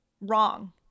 wrong